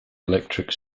electric